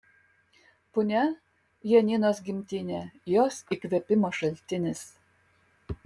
punia janinos gimtinė jos įkvėpimo šaltinis